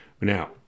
Now